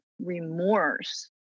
remorse